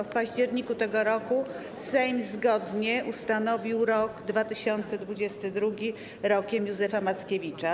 W październiku tego roku Sejm zgodnie ustanowił rok 2022 Rokiem Józefa Mackiewicza.